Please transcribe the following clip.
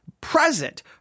present